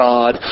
God